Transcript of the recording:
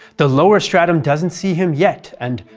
the lower stratum doesn't see him yet and,